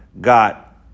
got